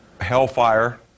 Hellfire